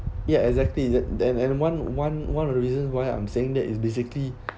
yeah exactly and and one one one of the reasons why I'm saying that is basically